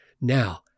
Now